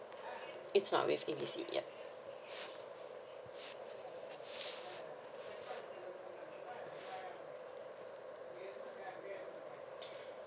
it's not with A B C yup